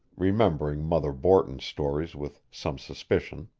remembering mother borton's stories with some suspicion.